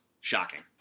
Shocking